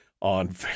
On